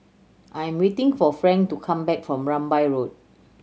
I am waiting for Frank to come back from Rambai Road